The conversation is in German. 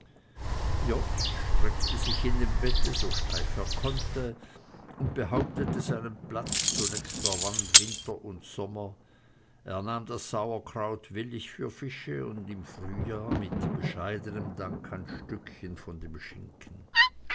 streckte sich in dem bette so steif er konnte und behauptete seinen platz zunächst der wand winter und sommer er nahm das sauerkraut willig für fische und im frühjahr mit bescheidenem dank ein stückchen von dem schinken